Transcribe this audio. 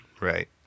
right